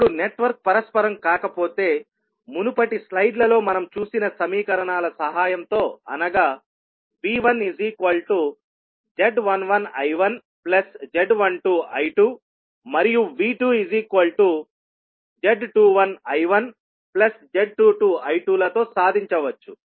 ఇప్పుడు నెట్వర్క్ పరస్పరం కాకపోతే మునుపటి స్లైడ్లలో మనం చూసిన సమీకరణాల సహాయంతో అనగా V1z11I1z12I2 మరియు V2z21I1z22I2లతో సాధించవచ్చు